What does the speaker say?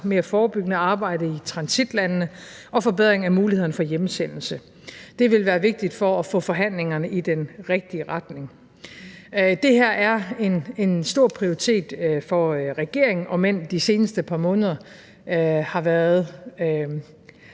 mere forebyggende arbejde i transitlandene og forbedring af muligheden for hjemsendelse. Det vil være vigtigt for at få forhandlingerne i den rigtige retning. Det her er en stor prioritet for regeringen, om end de seneste par måneder jo har været